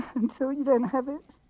until you don't have it.